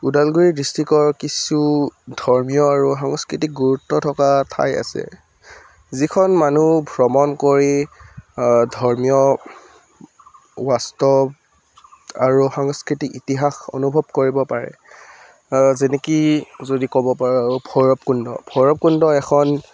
ওদালগুৰি ডিষ্ট্ৰিকৰ কিছু ধৰ্মীয় আৰু সাংস্কৃতিক গুৰুত্ব থকা ঠাই আছে যিখন মানুহ ভ্ৰমণ কৰি ধৰ্মীয় বাস্তৱ আৰু সাংস্কৃতিক ইতিহাস অনুভৱ কৰিব পাৰে যেনেকৈ যদি ক'ব পাৰোঁ ভৈৰৱকুণ্ড ভৈৰৱকুণ্ড এখন